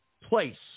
place